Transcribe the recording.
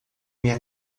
minha